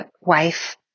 wife